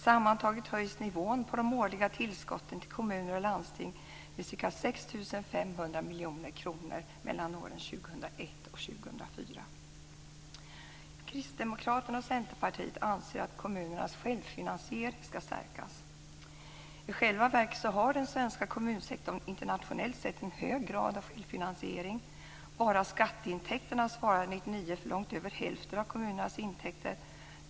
Sammantaget höjs nivån på de årliga tillskotten till kommuner och landsting med ca Kristdemokraterna och Centerpartiet anser att kommunernas självfinansiering ska stärkas. I själva verket har den svenska kommunsektorn internationellt sett en hög grad av självfinansiering. Bara skatteintäkterna svarade 1999 för långt över hälften av kommunernas intäkter.